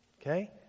okay